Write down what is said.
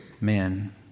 men